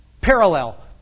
Parallel